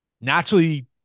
naturally